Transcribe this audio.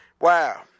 wow